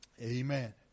Amen